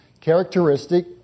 characteristic